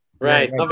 Right